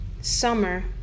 summer